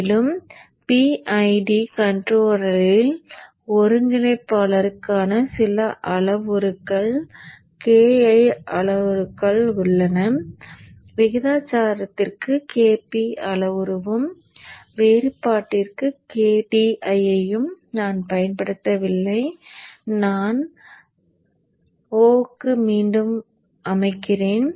மேலும் PID கன்ட்ரோலரில் ஒருங்கிணைப்பாளருக்கான சில அளவுருக்கள் Ki அளவுருக்கள் உள்ளன விகிதாச்சாரத்திற்கு Kp அளவுருவும் வேறுபாட்டிற்கு Kd ஐயும் நான் பயன்படுத்தவில்லை நான் 0 க்கு மீண்டும் அமைக்கிறேன்